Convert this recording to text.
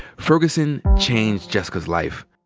ferguson changed jessica's life.